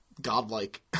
godlike